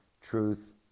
truth